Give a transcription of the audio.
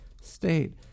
state